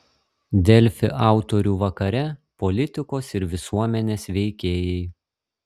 delfi autorių vakare politikos ir visuomenės veikėjai